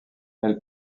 elle